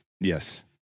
Yes